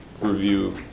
review